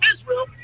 Israel